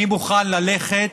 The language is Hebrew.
אני מוכן ללכת